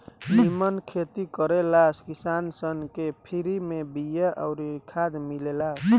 निमन खेती करे ला किसान सन के फ्री में बिया अउर खाद मिलेला